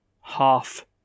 half